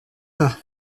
pas